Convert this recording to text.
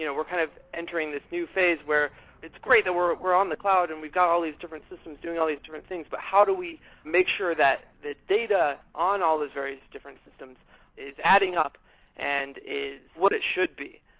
you know we're kind of entering this new phase where it's great that we're we're on the cloud and we've got all these different systems doing all these different things, but how do we make sure that the data on all these various different systems is adding up and is what it should be?